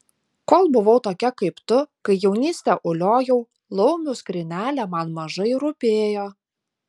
kol buvau tokia kaip tu kai jaunystę uliojau laumių skrynelė man mažai rūpėjo